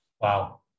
Wow